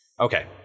Okay